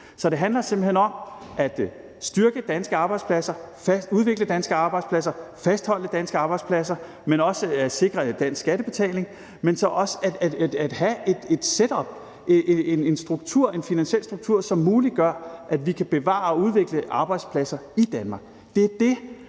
Så det handler simpelt hen om at styrke danske arbejdspladser, udvikle danske arbejdspladser, fastholde danske arbejdspladser, men også at sikre dansk skattebetaling – og også at sikre det at have et setup, en struktur, en finansiel struktur, som muliggør, at vi kan bevare og udvikle arbejdspladser i Danmark. Det er det,